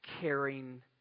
caring